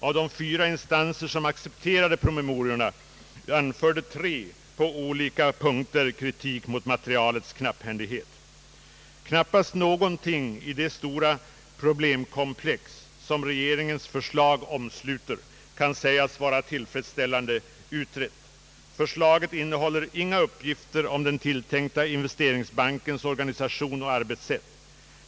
Av de fyra instanser som accepterade promemoriorna anförde tre på olika inrättande av en statlig investeringsbank punkter kritik mot materialets knapphändighet. Knappast någonting i det stora problemkomplex som regeringens förslag omsluter kan sägas vara tillfredsställande utrett. Förslaget innehåller inga uppgifter om den tilltänkta investeringsbankens organisation och arbetssätt.